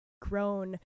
grown